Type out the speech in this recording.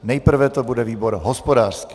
Nejprve to bude výbor hospodářský.